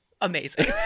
amazing